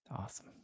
Awesome